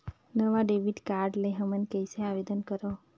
नवा debit card ले हमन कइसे आवेदन करंव?